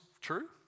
true